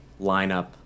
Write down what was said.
lineup